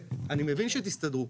אני מבין שתסתדרו.